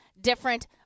different